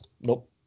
Nope